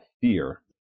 fear